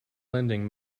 lending